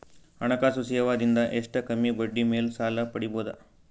ಹಣಕಾಸು ಸೇವಾ ದಿಂದ ಎಷ್ಟ ಕಮ್ಮಿಬಡ್ಡಿ ಮೇಲ್ ಸಾಲ ಪಡಿಬೋದ?